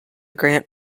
grant